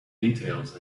details